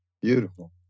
Beautiful